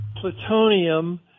plutonium